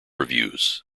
reviews